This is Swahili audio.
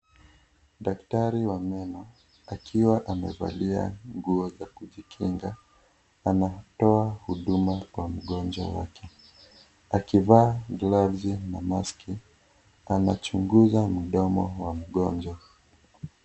Daktari wa meno akiwa amevalia nguo za kujikinga anatoa huduma kwa mgonjwanwake akivaa glovu na maski anachunguza mdomo wa mgonjwa.